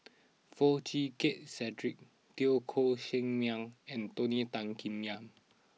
Foo Chee Keng Cedric Teo Koh Sock Miang and Tony Tan Keng Yam